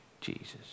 Jesus